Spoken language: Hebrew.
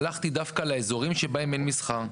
הלכו לאזורים שבהם אין מסחר,